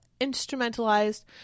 instrumentalized